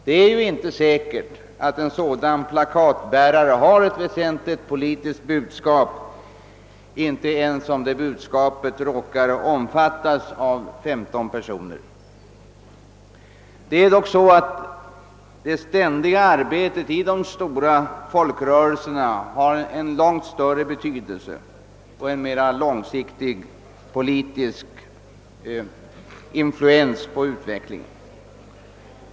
Det är ju inte säkert att en sådan plakatbärare har ett väsentligt politiskt budskap, inte ens om det råkar omfattas av 15 personer. Det är dock så att det ständiga arbetet i de stora folkrörelserna har en långt större och mera långsiktig politisk betydelse.